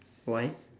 why